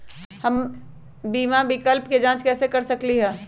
हम बीमा विकल्प के जाँच कैसे कर सकली ह?